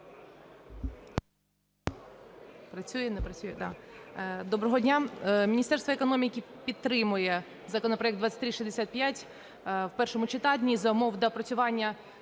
Доброго дня! Міністерство економіки підтримує законопроект 2365 в першому читанні за умов доопрацювання